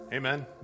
Amen